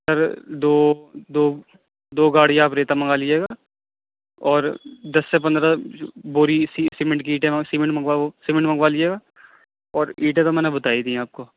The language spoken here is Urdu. سر دو دو دو گاڑیاں آپ ریتا منگا لیجیے گا اور دس سے پندرہ بوری سیمنٹ کی اینٹیں سیمنٹ منگواؤ سیمنٹ منگوا لیجیے گا اور اینٹیں تو میں نے بتا ہی دی ہیں آپ کو